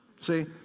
See